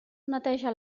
neteja